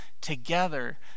together